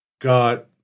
got